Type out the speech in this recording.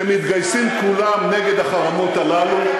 שמתגייסים כולם נגד החרמות הללו,